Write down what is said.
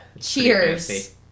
Cheers